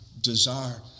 desire